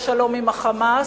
סליחה, מותר לחברי קדימה להעיר,